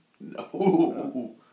No